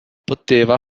poteva